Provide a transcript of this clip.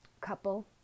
couple